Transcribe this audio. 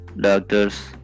doctors